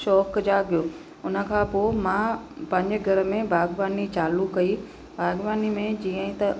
शौक़ु जाॻियो उन खां पोइ मां पंहिंजे घर में बाग़बानी चालू कई बाग़बानी में जीअं त